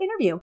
interview